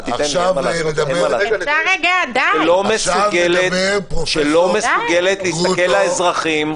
לא מסוגלת להסתכל לאזרחים.